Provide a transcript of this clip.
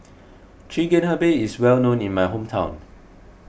Chigenabe is well known in my hometown